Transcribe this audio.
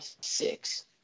six